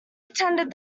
attended